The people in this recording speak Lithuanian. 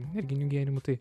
energinių gėrimų tai